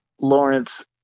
lawrence